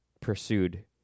pursued